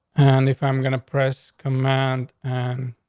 and if i'm going to press command, and